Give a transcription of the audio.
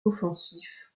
offensif